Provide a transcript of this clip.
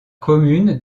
commune